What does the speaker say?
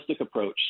approach